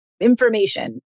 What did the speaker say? information